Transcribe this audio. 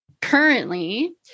currently